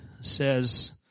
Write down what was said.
says